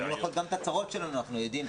גם את הצרות שלנו אנחנו יודעים,